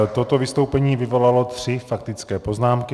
Toto vystoupení vyvolalo tři faktické poznámky.